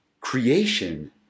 creation